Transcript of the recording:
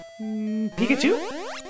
Pikachu